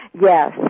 Yes